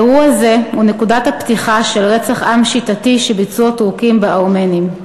אירוע זה הוא נקודת הפתיחה של רצח עם שיטתי שביצעו הטורקים בארמנים.